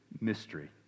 mystery